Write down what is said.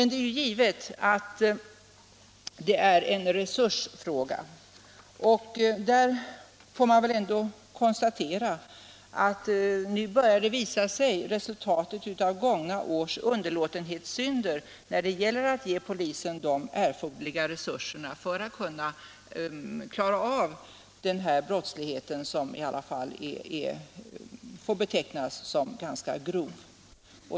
Det är givet att detta är en resursfråga, och nu börjar vi se resultatet av gångna års underlåtenhetssynder när det gäller att ge polisen de erforderliga resurserna för att klara av denna brottslighet, som får betecknas som ganska grov.